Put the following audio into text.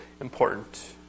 important